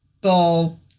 ball